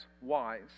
wise